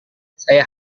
saya